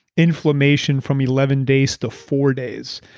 inflammation from eleven days to four days,